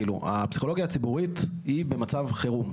הפסיכולוגיה הציבורית היא במצב חירום.